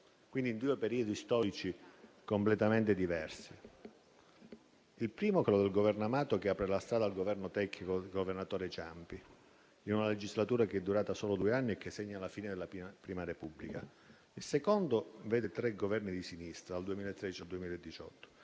quindi in due periodi storici completamente diversi: il primo, quello del Governo Amato, apre la strada al Governo tecnico del governatore Ciampi, in una legislatura durata solo due anni e che segna la fine della Prima Repubblica; il secondo periodo vede tre Governi di sinistra, dal 2013 e al 2018.